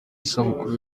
isabukuru